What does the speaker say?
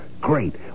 Great